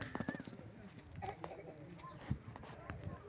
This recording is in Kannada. ಬಂಗಾರದ ಮ್ಯಾಲೆ ಸಾಲಾ ತಗೋಳಿಕ್ಕೆ ಯಾವ ಸಾಲದ ಅರ್ಜಿ ಹಾಕ್ಬೇಕು?